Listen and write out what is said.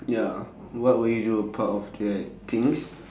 ya what will you do apart of that things